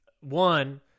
one